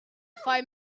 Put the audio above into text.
five